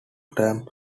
term